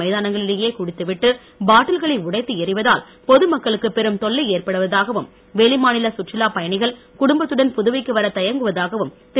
மைதானங்களிலேயே குடித்துவிட்டு பாட்டில்களை உடைத்து எரிவதால் பொதுமக்களுக்கு பெரும் தொல்லை ஏற்படுவதாகவும் வெளிமாநில சுற்றுலாப் பயணிகள் குடும்பத்துடன் புதுவைக்கு வரத் தயங்குவதாகவும் திரு